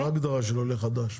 מה ההגדרה של עולה חדש אצלכם?